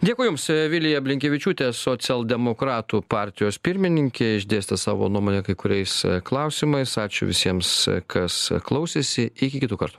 dėkui jums vilija blinkevičiūtė socialdemokratų partijos pirmininkė išdėstė savo nuomonę kai kuriais klausimais ačiū visiems kas klausėsi iki kitų kartų